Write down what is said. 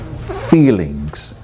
feelings